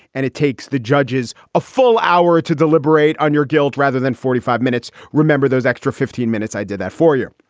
and it takes the judges a full hour to deliberate on your guilt rather than forty five minutes. remember those extra fifteen minutes? i did that for you.